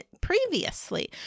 previously